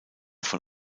von